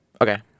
Okay